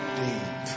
deep